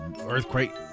earthquake